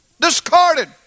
discarded